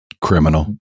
Criminal